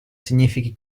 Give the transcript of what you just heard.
significhi